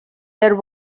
there